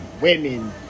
Women